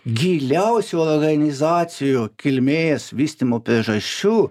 giliausių organizacijų kilmės vystymo priežasčių